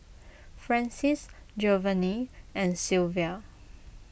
Francies Jovanny and Silvia